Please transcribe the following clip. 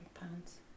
pounds